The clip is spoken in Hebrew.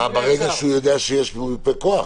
ברגע שהוא יודע שיש מיופה כוח?